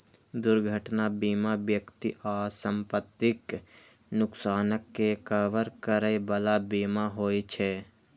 दुर्घटना बीमा व्यक्ति आ संपत्तिक नुकसानक के कवर करै बला बीमा होइ छे